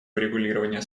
урегулирования